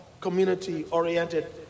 community-oriented